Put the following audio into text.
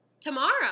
Tomorrow